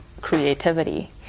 creativity